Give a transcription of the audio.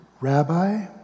Rabbi